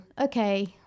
okay